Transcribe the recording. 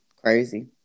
Crazy